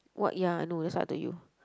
what ya I know that's why I tell you